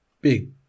big